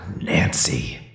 Nancy